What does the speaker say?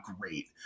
great